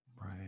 Right